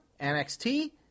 NXT